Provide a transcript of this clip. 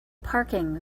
parking